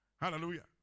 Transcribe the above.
Hallelujah